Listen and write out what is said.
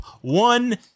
One